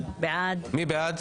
מי בעד?